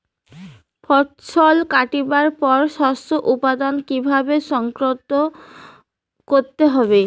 ফছল কাটিবার পর শস্য উৎপাদন কিভাবে সংরক্ষণ করিবেন?